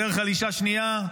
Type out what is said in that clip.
בדרך כלל אישה שנייה,